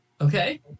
Okay